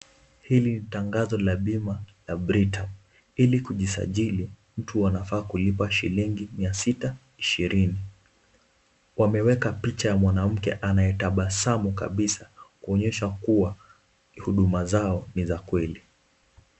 Hili ni tangazo la bima la Britam, ili kujisajili, mtu anafaa kulipa shilingi 620. Wameweka picha ya mwanamke anayetabasamu kabisa kuonyesha kuwa huduma zao ni za kweli.